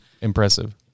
impressive